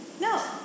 No